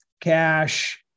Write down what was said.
cash